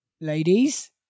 Ladies